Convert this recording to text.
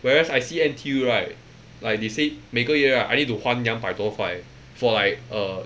whereas I see N_T_U right like they say 每个月 right I need to 还两百多块 for like a